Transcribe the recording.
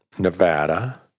Nevada